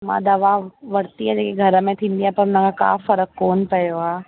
मां दवा वरिती आहे जेकी घर में थींदी आहे पर न का फ़र्क़ु कोन पियो आहे